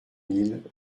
mille